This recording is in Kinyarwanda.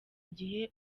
gihe